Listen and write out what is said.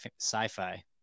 sci-fi